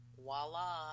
Voila